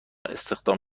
استخدام